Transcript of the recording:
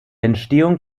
entstehung